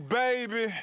baby